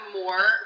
more